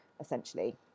essentially